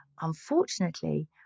unfortunately